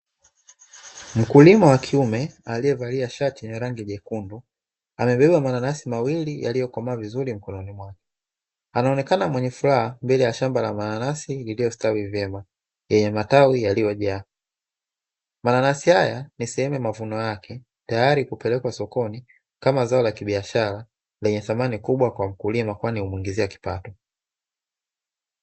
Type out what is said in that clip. Mkulima wa kiume aliyevalia shati lenye rangi jekundu amebeba mananasi mawili yaliyokomaa vizuri mkononi mwake. Anaonekana wa furaha mbele ya shamba la mananasi liliyostawi vyema yenye matawi yaliyojaa. Mananasi haya ni sehemu ya mavuno yake tayari kupelekwa sokoni kama zao la kibiashara lenye thamani kubwa kwa mkulima kwani humuingizia kipato.